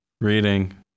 reading